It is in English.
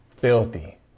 Filthy